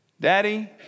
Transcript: Daddy